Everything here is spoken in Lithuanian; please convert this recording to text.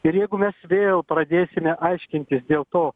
ir jeigu mes vėl pradėsime aiškintis dėl to